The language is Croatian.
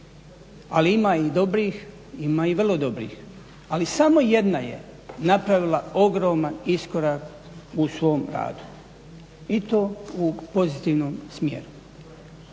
Ali ima i dobrih, ima i vrlo dobrih. Ali samo jedna je napravila ogroman iskorak u svom radu i to u pozitivnom smjeru.